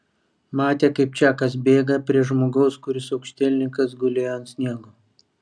matė kaip čakas bėga prie žmogaus kuris aukštielninkas gulėjo ant sniego